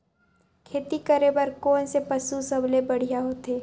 खेती करे बर कोन से पशु सबले बढ़िया होथे?